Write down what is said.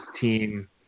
team